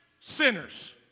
sinners